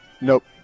nope